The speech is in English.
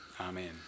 Amen